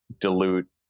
dilute